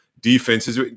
defenses